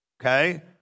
okay